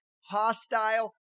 hostile